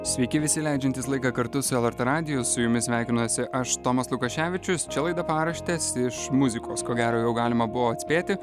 sveiki visi leidžiantys laiką kartu su lrt radiju su jumis sveikinuosi aš tomas lukaševičius čia laida paraštės iš muzikos ko gero jau galima buvo atspėti